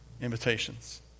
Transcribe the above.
Invitations